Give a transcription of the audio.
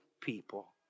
people